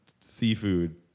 seafood